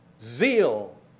Zeal